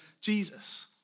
Jesus